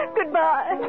Goodbye